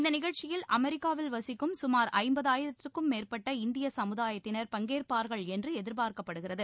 இந்த நிகழ்ச்சியில் அமெரிக்காவில் வசிக்கும் குமார் ஜம்பதாயிரத்திற்கும் மேற்பட்ட இந்திய சமுதாயத்தினர் பங்கேற்பார்கள் என்று எதிர்பார்க்கப்படுகிறது